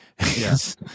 Yes